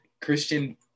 Christian